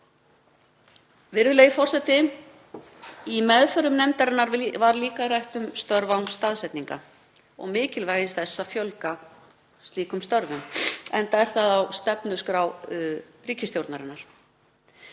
Virðulegi forseti. Í meðförum nefndarinnar var líka rætt um störf án staðsetningar og mikilvægi þess að fjölga slíkum störfum enda er það á stefnuskrá ríkisstjórnarinnar.